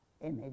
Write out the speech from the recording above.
image